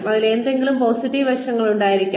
അവയിൽ എന്തെങ്കിലും പോസിറ്റീവ് വശങ്ങൾ ഉണ്ടായിരിക്കണം